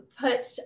put